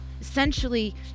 Essentially